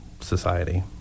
society